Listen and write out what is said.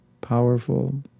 powerful